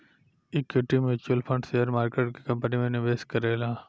equity mutual fund share market के company में निवेश करेला